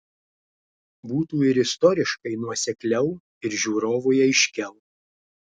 būtų ir istoriškai nuosekliau ir žiūrovui aiškiau